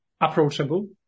approachable